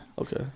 Okay